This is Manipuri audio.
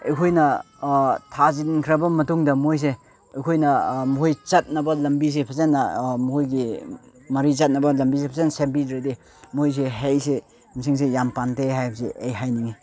ꯑꯩꯈꯣꯏꯅ ꯊꯥꯖꯤꯟꯈ꯭ꯔꯕ ꯃꯇꯨꯡꯗ ꯃꯣꯏꯁꯦ ꯑꯩꯈꯣꯏꯅ ꯃꯈꯣꯏ ꯆꯠꯅꯕ ꯂꯝꯕꯤꯁꯦ ꯐꯖꯅ ꯃꯣꯏꯒꯤ ꯃꯔꯤ ꯆꯠꯅꯕ ꯂꯝꯕꯤꯁꯦ ꯐꯖꯅ ꯁꯦꯝꯕꯤꯗ꯭ꯔꯗꯤ ꯃꯣꯏꯁꯦ ꯍꯩꯁꯦ ꯃꯁꯤꯡꯁꯦ ꯌꯥꯝ ꯄꯥꯟꯗꯦ ꯍꯥꯏꯕꯁꯦ ꯑꯩ ꯍꯥꯏꯅꯤꯡꯉꯤ